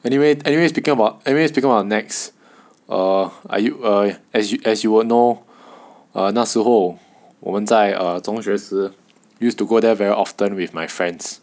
anyway anyway speaking about anyway speaking our NEX err are you are as you as you will know err 那时候我们在中中学时 used to go there very often with my friends